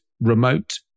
remote